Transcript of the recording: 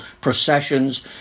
processions